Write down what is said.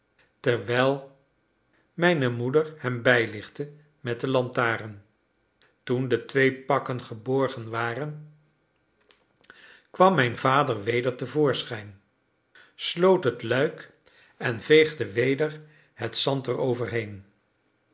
terwijl mijne moeder hem bijlichtte met de lantaarn toen de twee pakken geborgen waren kwam mijn vader weder te voorschijn sloot het luik en veegde weder het zand